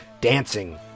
dancing